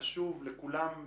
חשוב לכולם.